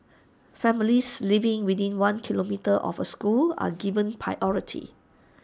families living within one kilometre of A school are given priority